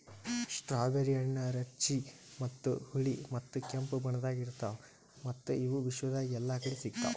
strawberry ಹಣ್ಣ ರುಚಿ ಮತ್ತ ಹುಳಿ ಮತ್ತ ಕೆಂಪು ಬಣ್ಣದಾಗ್ ಇರ್ತಾವ್ ಮತ್ತ ಇವು ವಿಶ್ವದಾಗ್ ಎಲ್ಲಾ ಕಡಿ ಸಿಗ್ತಾವ್